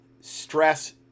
stress